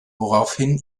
woraufhin